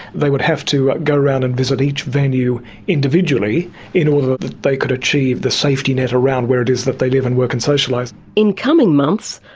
they would have to go round and visit each venue individually in order that they could achieve the safety net around where it is that they live and work and socialise. in coming months,